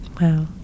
Wow